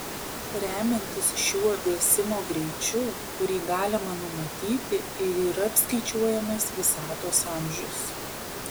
remiantis šiuo vėsimo greičiu kurį galima numatyti ir yra apskaičiuojamas visatos amžius